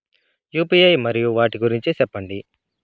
UPI మరియు వాటి గురించి సెప్పండి?